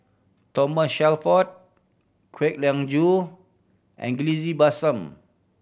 Thomas Shelford Kwek Leng Joo and Bassan